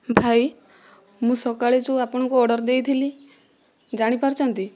ଭାଇ ମୁଁ ସକାଳେ ଯେଉଁ ଆପଣଙ୍କୁ ଅର୍ଡ଼ର ଦେଇଥିଲି ଜାଣିପାରୁଛନ୍ତି